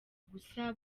gusa